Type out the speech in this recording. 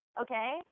Okay